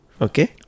Okay